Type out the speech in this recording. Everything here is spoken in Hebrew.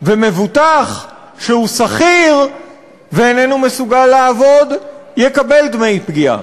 ומבוטח שהוא שכיר ואיננו מסוגל לעבוד יקבל דמי פגיעה?